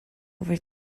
over